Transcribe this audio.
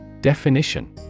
Definition